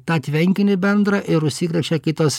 tą tvenkinį bendrą ir užsikrečia kitos